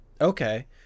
Okay